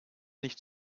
nicht